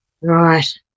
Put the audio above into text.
Right